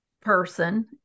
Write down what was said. person